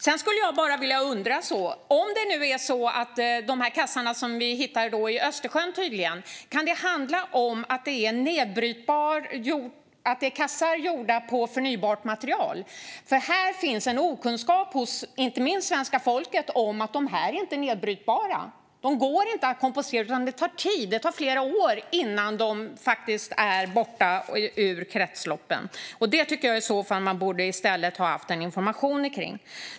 Sedan undrar jag om de kassar vi tydligen hittar i Östersjön är gjorda av förnybart material. Här finns en okunskap hos inte minst svenska folket om att dessa kassar inte är nedbrytbara. De går inte att kompostera, utan det tar flera år innan de är borta ur kretsloppet. Detta tycker jag att man borde ha informerat om.